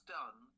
done